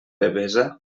devesa